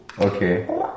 okay